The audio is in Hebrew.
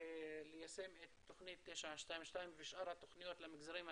וליישם את תוכנית 922 ושאר התוכניות למגזרים השונים,